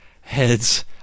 Heads